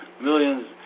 Millions